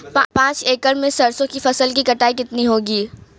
पांच एकड़ में सरसों की फसल की कटाई कितनी होगी?